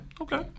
Okay